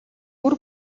бүр